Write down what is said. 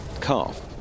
calf